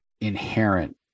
inherent